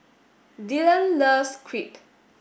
Dillon loves Crepe